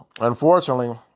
unfortunately